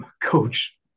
coach